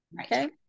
Okay